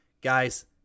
guys